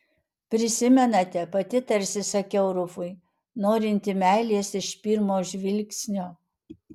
prisimenate pati tarsi sakiau rufui norinti meilės iš pirmo žvilgsnio